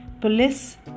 Police